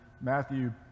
Matthew